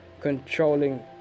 Controlling